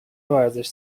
ورزش